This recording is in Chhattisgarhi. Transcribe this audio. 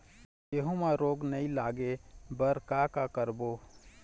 गेहूं म रोग नई लागे बर का का करबो?